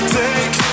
take